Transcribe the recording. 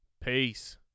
Peace